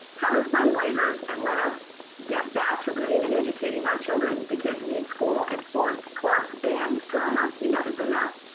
have us sign waivers and let us get back to living and educating our children. the but kids need school and sports, clubs, band, drama, enough is enough.